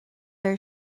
air